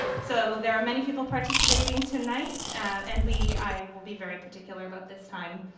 so there are many people participating tonight and we, i will be very particular about this time.